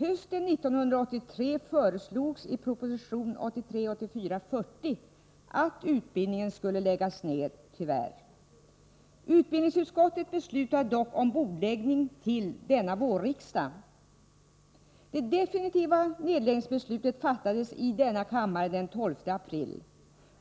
Hösten 1983 föreslogs i proposition 1983/84:40 att denna utbildning skulle läggas ned. Utbildningsutskottet beslutade dock om bordläggning till denna vårriksdag. Det definitiva nedläggningsbeslutet fattades i denna kammare den 12 april.